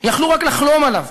יכלו רק לחלום עליו: